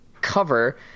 cover